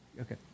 Okay